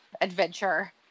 adventure